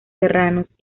serranos